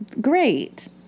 great